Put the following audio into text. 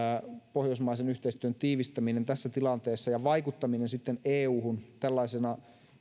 pohjoismaisen yhteistyön tiivistäminen tässä tilanteessa ja vaikuttaminen euhun tällaisena